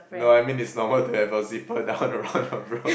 no I mean it's normal to have your zipper down around your bro